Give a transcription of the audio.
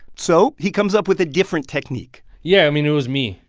so he comes up with a different technique yeah, i mean, it was me.